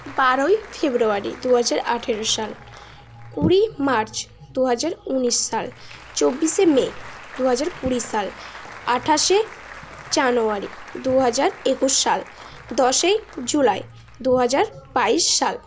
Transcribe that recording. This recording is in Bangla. বারোই ফেব্রুয়ারি দুহাজার আঠারো সাল কুড়ি মার্চ দুহাজার উনিশ সাল চব্বিশে মে দুহাজার কুড়ি সাল আটাশে জানুয়ারি দুহাজার একুশ সাল দশই জুলাই দুহাজার বাইশ সাল